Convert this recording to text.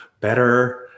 better